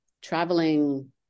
traveling